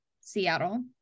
Seattle